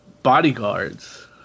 bodyguards